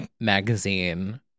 Magazine